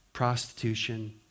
prostitution